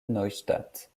neustadt